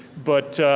but